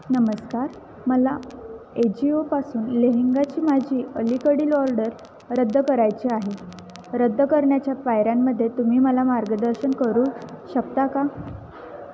नमस्कार मला एजिओपासून लेहेंगाची माझी अलीकडील ऑर्डर रद्द करायची आहे रद्द करण्याच्या पायऱ्यांमध्ये तुम्ही मला मार्गदर्शन करू शकता का